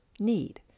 need